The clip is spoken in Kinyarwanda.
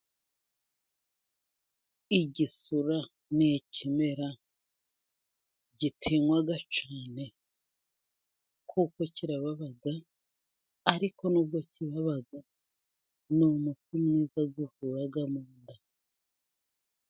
Igisura ni ikimera gitinywa cyane, kuko kirababa ariko nubwo kibaba ni umuti mwiza uvura mu nda.